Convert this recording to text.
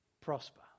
prosper